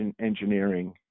engineering